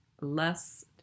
less